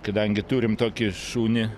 kadangi turim tokį šunį